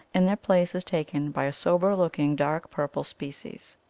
and their place is taken by a sober looking dark-purple species.